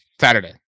Saturday